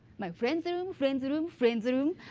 my friend's room, friend's room, friend's room,